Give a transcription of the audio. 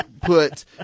put